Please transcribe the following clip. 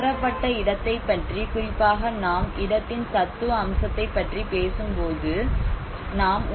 உணரப்பட்ட இடத்தைப் பற்றி குறிப்பாக நாம் இடத்தின் தத்துவ அம்சத்தைப் பற்றி பேசும்போது பேசுகிறோம்